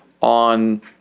on